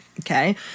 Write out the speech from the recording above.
Okay